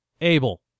Abel